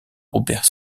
robert